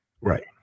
right